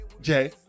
Jay